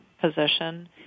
position